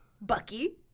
Bucky